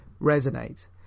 resonate